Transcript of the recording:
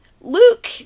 Luke